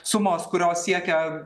sumos kurios siekia